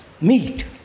meet